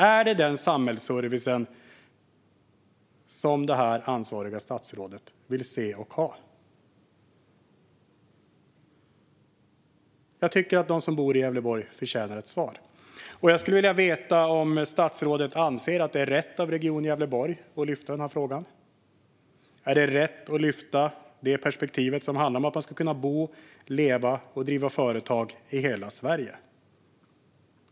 Är det denna samhällsservice ansvarigt statsråd vill se och ha? De som bor i Gävleborg förtjänar ett svar. Anser statsrådet att det är rätt av Region Gävleborg att lyfta upp denna fråga och perspektivet att man ska kunna bo, leva och driva företag i hela Sverige?